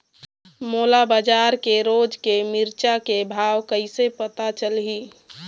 मोला बजार के रोज के मिरचा के भाव कइसे पता चलही?